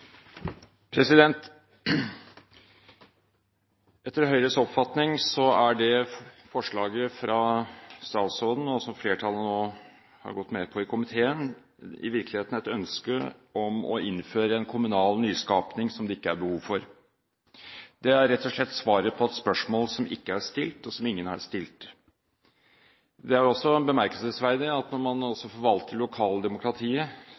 minutter. Etter Høyres oppfatning er det forslaget fra statsråden som flertallet i komiteen nå har gått med på, i virkeligheten et ønske om å innføre en kommunal nyskapning som det ikke er behov for. Det er rett og slett svaret på et spørsmål som ikke er stilt, som ingen har stilt. Det er også bemerkelsesverdig at man, når man